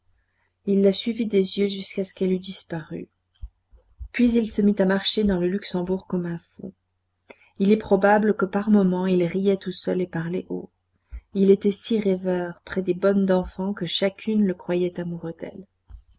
il la suivit des yeux jusqu'à ce qu'elle eût disparu puis il se mit à marcher dans le luxembourg comme un fou il est probable que par moments il riait tout seul et parlait haut il était si rêveur près des bonnes d'enfants que chacune le croyait amoureux d'elle